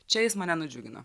čia jis mane nudžiugino